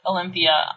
Olympia